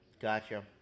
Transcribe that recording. Gotcha